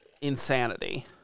insanity